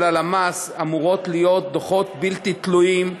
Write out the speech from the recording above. הלמ"ס אמורים להיות דוחות בלתי תלויים,